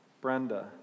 Brenda